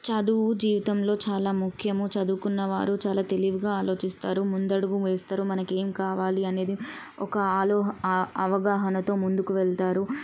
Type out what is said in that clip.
చదువు జీవితంలో చాలా ముఖ్యము చదువుకున్న వారు చాలా తెలివిగా ఆలోచిస్తారు ముందడుగు వేస్తారు మనకేం కావాలి అనేది ఒక ఆలో అవగాహనతో ముందుకు వెళ్తారు